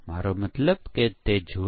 આપણે અહી ઘણું વધારે કરવું પડશે